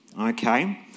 Okay